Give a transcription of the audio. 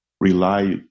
rely